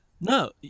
no